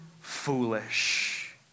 foolish